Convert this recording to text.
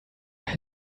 had